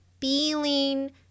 feeling